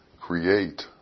create